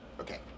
Okay